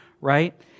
right